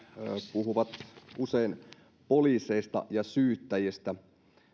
puhuvat usein poliiseista ja syyttäjistä